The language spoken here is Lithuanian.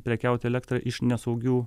prekiauti elektra iš nesaugių